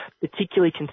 particularly